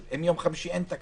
אבל אם יום חמישי תקנות,